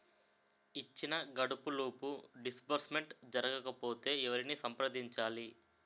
ఇచ్చిన గడువులోపు డిస్బర్స్మెంట్ జరగకపోతే ఎవరిని సంప్రదించాలి?